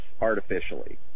artificially